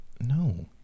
no